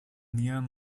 neon